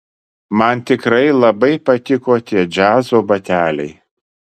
man tikrai labai patiko tie džiazo bateliai